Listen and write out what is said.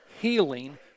healing